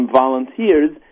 volunteers